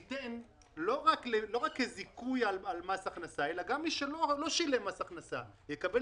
ניתן לא רק כזיכוי על מס הכנסה אלא גם מי שלא שילם מס הכנסה יקבל